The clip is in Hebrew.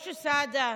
משה סעדה,